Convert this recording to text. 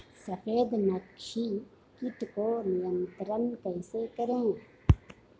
सफेद मक्खी कीट को नियंत्रण कैसे करें?